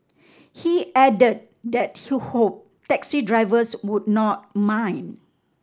he added that he hoped taxi drivers would not mind